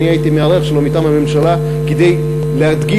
אני הייתי המארח שלו מטעם הממשלה כדי להדגיש